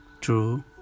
True